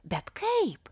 bet kaip